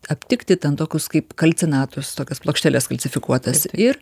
aptikti ten tokius kaip kalcinatus tokias plokšteles kalcifikuotas ir